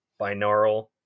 Binaural